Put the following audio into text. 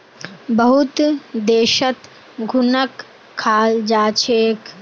बहुत देशत घुनक खाल जा छेक